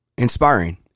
Inspiring